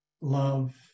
love